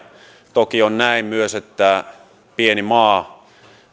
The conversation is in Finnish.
toki on myös näin että pieni maa